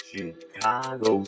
Chicago